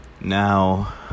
Now